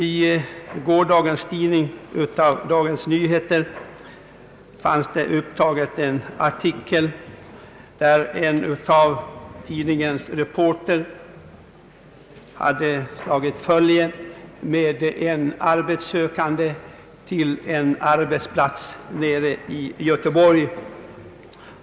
I gårdagens nummer av Dagens Nyheter fanns en artikel av en av tidningens reportrar, som hade slagit följe med en arbetssökande till en arbetsplats i Göteborg.